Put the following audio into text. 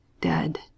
Dead